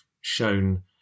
shown